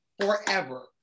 forever